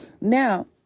Now